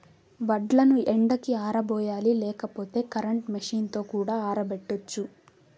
వడ్లను ఎండకి ఆరబోయాలి లేకపోతే కరెంట్ మెషీన్ తో కూడా ఆరబెట్టచ్చు